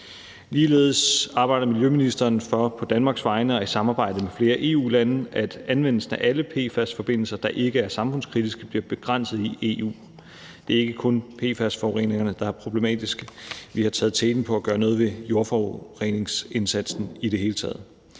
Ligeledes arbejder miljøministeren på Danmarks vegne og i samarbejde med flere EU-lande for, at anvendelsen af alle PFAS-forbindelser, der ikke er samfundskritiske, bliver begrænset i EU. Det er ikke kun PFAS-forureningerne, der er problematiske. Vi har taget teten på at gøre noget ved jordforureningsindsatsen i det hele taget.